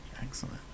Excellent